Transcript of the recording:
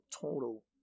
total